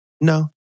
no